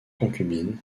concubine